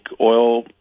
oil